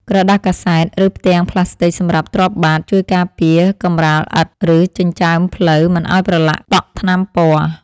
ក្រដាសកាសែត ឬផ្ទាំងប្លាស្ទិកសម្រាប់ទ្រាប់បាត ជួយការពារកម្រាលឥដ្ឋ ឬចិញ្ចើមផ្លូវមិនឱ្យប្រឡាក់តក់ថ្នាំពណ៌។